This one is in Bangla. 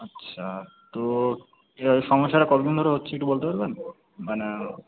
আচ্ছা তো এর আগে সমস্যাটা কতদিন ধরে হচ্ছে একটু বলতে পারবেন মানে